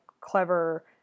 clever